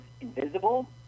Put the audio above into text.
invisible